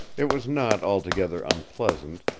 it was not altogether unpleasant,